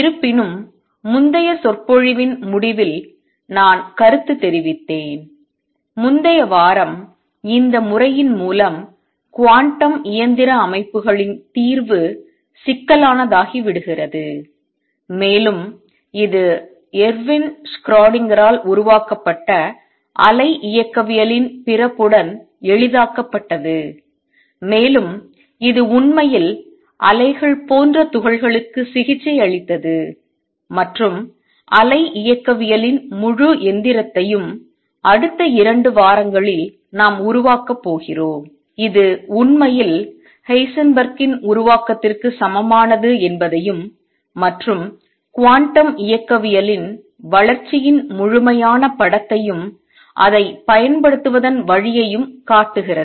இருப்பினும் முந்தைய சொற்பொழிவின் முடிவில் நான் கருத்து தெரிவித்தேன் முந்தைய வாரம் இந்த முறையின் மூலம் குவாண்டம் இயந்திர அமைப்புகளின் தீர்வு சிக்கலானதாகிவிடுகிறது மேலும் இது எர்வின் ஷ்ரோடிங்கரால் உருவாக்கப்பட்ட அலை இயக்கவியலின் பிறப்புடன் எளிதாக்கப்பட்டது மேலும் இது உண்மையில் அலைகள் போன்ற துகள்களுக்கு சிகிச்சையளித்தது மற்றும் அலை இயக்கவியலின் முழு எந்திரத்தையும் அடுத்த 2 வாரங்களில் நாம் உருவாக்கப் போகிறோம் இது உண்மையில் ஹைசன்பெர்க்கின் உருவாக்கத்திற்கு சமமானது என்பதையும் மற்றும் குவாண்டம் இயக்கவியலின் வளர்ச்சியின் முழுமையான படத்தையும் அதைப் பயன்படுத்துவதன் வழியையும் காட்டுகிறது